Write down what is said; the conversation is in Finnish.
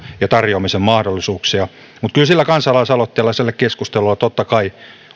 ja tarjoamisen mahdollisuuksia mutta kyllä sillä kansalaisaloitteella ja sillä keskustelulla totta kai on